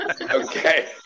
Okay